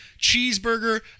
cheeseburger